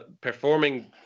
performing